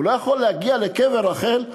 לא יכול להגיע לקבר רחל,